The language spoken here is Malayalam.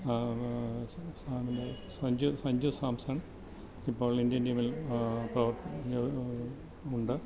സംസ്ഥാനങ്ങിൽ സഞ്ജു സഞ്ജു സാംസൺ ഇപ്പോൾ ഇന്ത്യൻ ടീമിൽ ഉണ്ട്